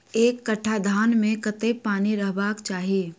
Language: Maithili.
एक कट्ठा धान मे कत्ते पानि रहबाक चाहि?